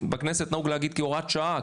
בכנסת נהוג להגיד כהוראת שעה,